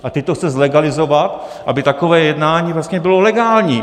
A teď to chce zlegalizovat, aby takové jednání vlastně bylo legální.